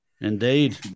Indeed